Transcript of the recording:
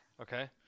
Okay